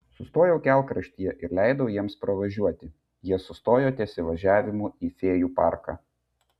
sustojau kelkraštyje ir leidau jiems pravažiuoti jie sustojo ties įvažiavimu į fėjų parką